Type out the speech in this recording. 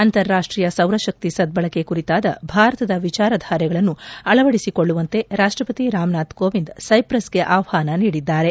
ಅಂತಾರಾಷ್ಟೀಯ ಸೌರಶಕ್ತಿ ಸದ್ಧಳಕೆ ಕುರಿತಾದ ಭಾರತದ ವಿಚಾರಧಾರೆಗಳನ್ನು ಅಳವಡಿಸಿಕೊಳ್ಳುವಂತೆ ರಾಷ್ಟಪತಿ ರಾಮನಾಥ್ ಕೋವಿಂದ್ ಸೈಪ್ರಸ್ಗೆ ಆಷ್ವಾನ ನೀಡಿದ್ದಾರೆ